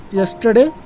yesterday